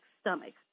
stomach